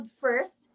first